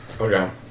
okay